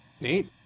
Neat